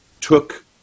took